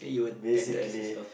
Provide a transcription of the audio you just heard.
basically